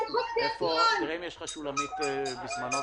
שולמית ביסמנובסקי נמצאת?